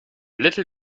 little